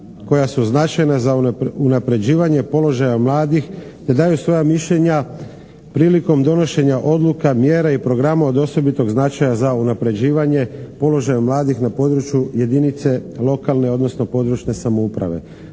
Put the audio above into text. koja su značajna za unapređivanje položaja mladih te daju svoja mišljenja prilikom donošenja odluka, mjera i programa od osobitog značaja za unapređivanje položaja mladih na području jedinice lokalne, odnosno područne samouprave.